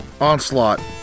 Onslaught